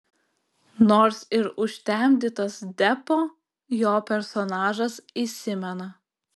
nors ir užtemdytas deppo jo personažas įsimena